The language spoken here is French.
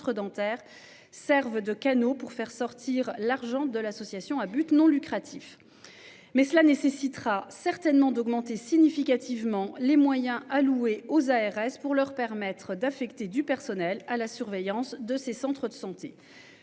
dentaires serve de canaux pour faire sortir l'argent de l'association à but non lucratif. Mais cela nécessitera certainement, d'augmenter significativement les moyens alloués aux ARS pour leur permettre d'affecter du personnel à la surveillance de ces centres de santé.